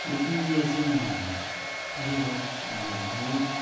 لیکن یہ ایسے نہیں ہیں یہ بہت مضبوط